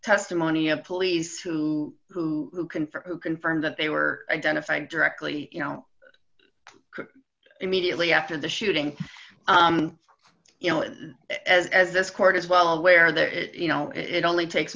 testimony of police who who can for who confirmed that they were identified directly you know immediately after the shooting you know as this court is well aware that you know it only takes